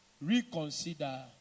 Reconsider